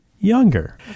younger